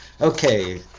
Okay